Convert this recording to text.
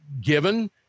given